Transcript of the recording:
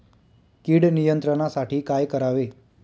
कीड नियंत्रणासाठी काय करावे?